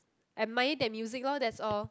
admire that music lor that's all